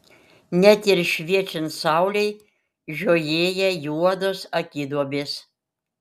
net ir šviečiant saulei žiojėja juodos akiduobės